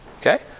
Okay